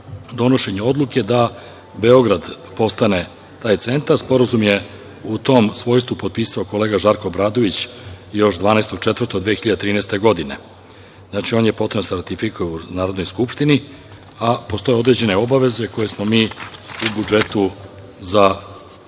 donošenja odluke da Beograd postane taj centar. Sporazum je u tom svojstvu potpisao kolega Žarko Obradović još 12.4.2013. godine. Potrebno je da se ratifikuje u Narodnoj skupštini, a postoje određene obaveze koje smo mi u budžetu za prosvetu,